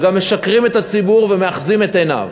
וגם משקרים לציבור ומאחזים את עיניו.